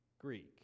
Greek